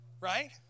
Right